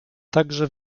także